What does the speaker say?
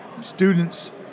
students